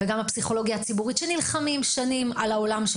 גם הפסיכולוגיה הציבורית נלחמת שנים על עולמה.